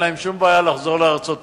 ואין להם שום בעיה לחזור לארצותיהם,